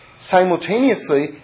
simultaneously